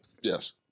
Yes